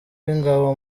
w’ingabo